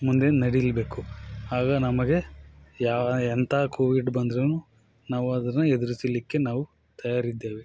ಮುಂದೆ ನಡಿಲೇಬೇಕು ಆಗ ನಮಗೆ ಯಾ ಎಂಥ ಕೋವಿಡ್ ಬಂದ್ರೂ ನಾವು ಅದನ್ನು ಎದುರಿಸಲಿಕ್ಕೆ ನಾವು ತಯಾರಿದ್ದೇವೆ